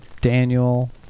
Daniel